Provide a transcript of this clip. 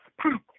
Pat